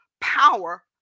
power